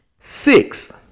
Six